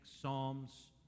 psalms